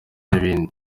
n’ibindi